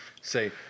say